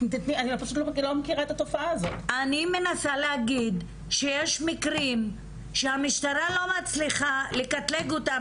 אני מנסה להגיד שיש מקרים שהמשטרה לא מצליחה לקטלג אותם